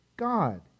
God